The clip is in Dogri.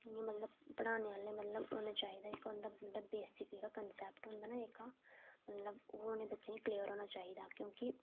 इ'यां मतलब पढ़ाने आह्ले होने चाहिदे उं'दा जेह्का बेसिक कन्सैप्ट होंदा ना ओह् इ'नें बच्चें गी क्लेयर होना चाहिदा